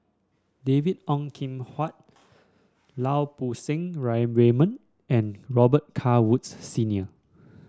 David Ong Kim Huat Lau Poo Seng Raymond and Robet Carr Woods Senior